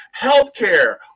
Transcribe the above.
healthcare